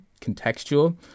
contextual